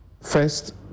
first